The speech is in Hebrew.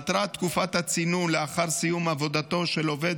מטרת תקופת הצינון לאחר סיום עבודתו של עובד